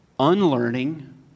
Unlearning